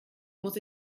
muss